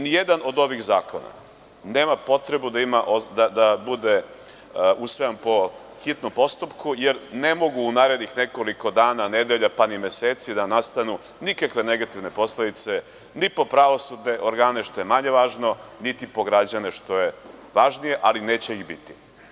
Nijedan od ovih zakona nema potrebu da bude usvajan po hitnom postupku, jer ne mogu u narednih nekoliko dana, nedelja, pa ni meseci da nastanu nikakve negativne posledice ni po pravosudne organe, što je manje važno, niti po građane što je važnije, a i neće ih biti.